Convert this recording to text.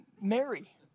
Mary